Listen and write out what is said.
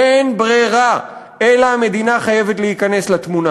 אין ברירה אלא המדינה חייבת להיכנס לתמונה.